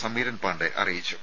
സമീരൻ പാണ്ഡ അറിയിച്ചു